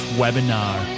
webinar